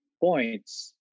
points